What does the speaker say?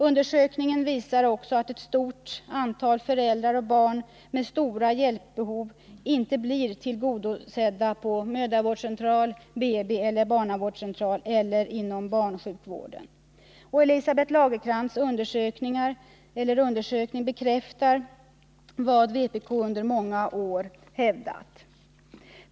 Undersökningen visar att ett stort antal föräldrar och barn med stora hjälpbehov inte blir tillgodosedda på mödravårdscentral, BB, barnavårdscentral eller inom barnsjukvården. Elisabeth Lagercrantz undersökning bekräftar vad vpk under många år hävdat.